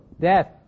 Death